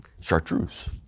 chartreuse